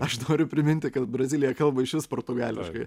aš noriu priminti kad brazilija kalba išvis portugališkai